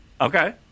Okay